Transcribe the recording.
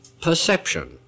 perception